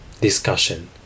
Discussion